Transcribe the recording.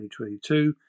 2022